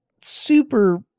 super